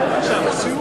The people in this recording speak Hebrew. הצעה לסדר-היום.